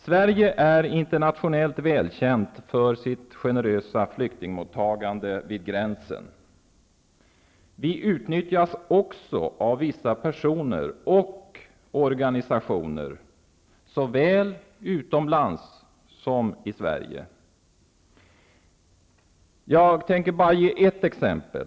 Sverige är internationellt välkänt för sitt generösa flyktingmottagande vid gränsen. Vi utnyttjas också av vissa personer och organisationer såväl utomlands som i Sverige. Jag tänker bara ge ett exempel.